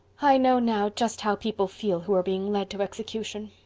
i know now just how people feel who are being led to execution.